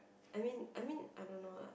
I mean I mean I don't know lah